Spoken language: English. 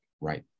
Right